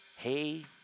Hey